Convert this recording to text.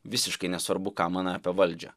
visiškai nesvarbu ką manai apie valdžią